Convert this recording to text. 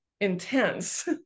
intense